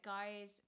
Guys